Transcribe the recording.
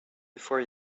before